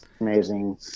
amazing